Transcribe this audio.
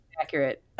accurate